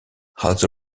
also